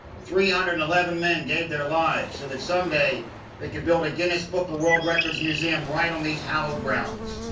three hundred and eleven men gave their lives, so that someday they could build a guinness book of world records museum right on these hallowed grounds.